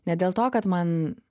ne dėl to kad man